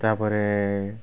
ତା'ପରେ